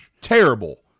Terrible